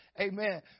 Amen